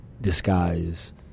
disguise